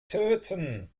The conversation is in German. töten